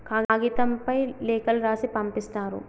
కాగితంపై లేఖలు రాసి పంపిస్తారు